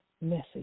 message